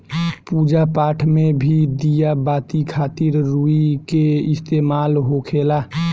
पूजा पाठ मे भी दिया बाती खातिर रुई के इस्तेमाल होखेला